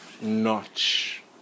notch